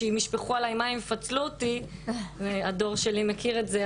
שאם ישפכו עליי מים יפצלו אותי והדור שלי מכיר את זה,